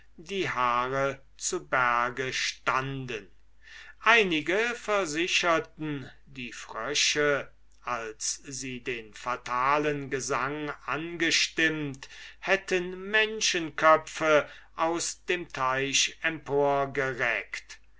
die haare zu berge standen einige versicherten die frösche als sie den fatalen gesang angestimmt hätten menschenköpfe aus dem teich